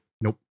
Nope